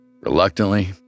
Reluctantly